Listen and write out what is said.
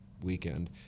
weekend